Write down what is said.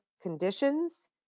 conditions